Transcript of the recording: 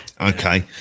okay